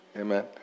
Amen